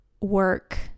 work